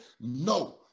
No